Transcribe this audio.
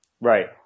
Right